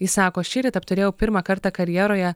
jis sako šįryt apturėjau pirmą kartą karjeroje